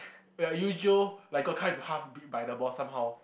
where Eugeo like got cut into half beat by the boss somehow